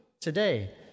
today